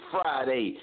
Friday